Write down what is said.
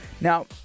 Now